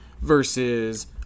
versus